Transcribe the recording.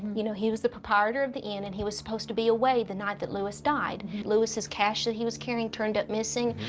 you know he was the proprietor of the inn, and he was supposed to be away the night that lewis died. lewis' cash that he was carrying turned up missing,